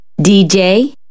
DJ